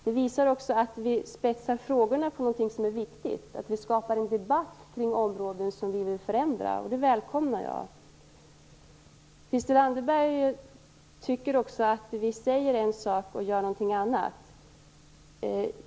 Det visar också att vi inriktar frågorna på någonting som är viktigt, att vi skapar en debatt kring områden som vi vill förändra. Det välkomnar jag. Christel Anderberg tycker att vi säger en sak och gör någonting annat.